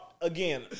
again